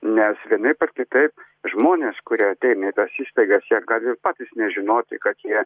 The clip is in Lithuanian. nes vienaip ar kitaip žmonės kurie ateina į tas įstaigas jie gali ir patys nežinoti kad jie